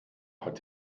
hat